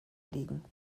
liegen